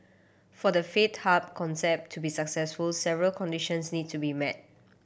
for the faith hub concept to be successful several conditions need to be met